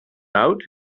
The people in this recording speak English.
out